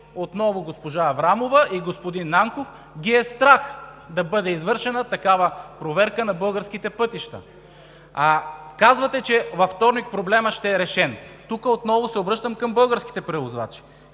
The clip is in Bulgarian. отново госпожа Аврамова и господин Нанков ги е страх да бъде извършена проверка на българските пътища. Казвате, че във вторник проблемът ще е решен. Отново се обръщам към българските превозвачи: